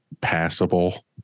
passable